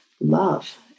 love